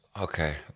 Okay